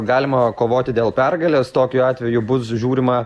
galima kovoti dėl pergalės tokiu atveju bus žiūrima